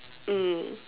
mm